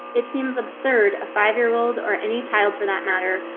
it seems absurd of five year old or any child for that matter.